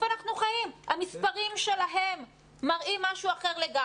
המספרים שלהם מראים משהו אחר לגמרי.